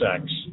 sex